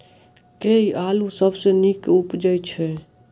केँ आलु सबसँ नीक उबजय छै?